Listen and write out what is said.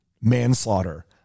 manslaughter